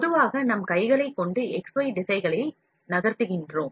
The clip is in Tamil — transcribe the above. பொதுவாக நம் கைகளைக்கொண்டு x y திசைகளில்நகர்த்துகின்றோம்